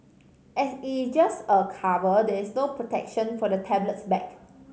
as it is just a cover there is no protection for the tablet's back